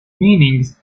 meanings